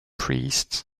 priest